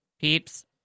peeps